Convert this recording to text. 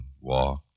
Walk